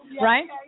Right